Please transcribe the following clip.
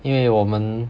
因为我们